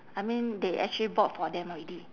I mean they actually bought for them already